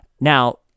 Now